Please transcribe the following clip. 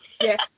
Yes